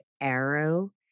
arrow